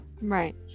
Right